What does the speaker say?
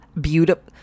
Beautiful